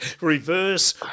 Reverse